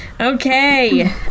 Okay